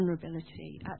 vulnerability